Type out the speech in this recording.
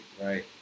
right